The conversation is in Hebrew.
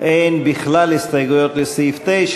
אין בכלל הסתייגויות לסעיף 9,